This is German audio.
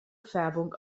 färbung